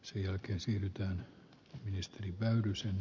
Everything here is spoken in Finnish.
sen jälkeen voisi melkein rakastua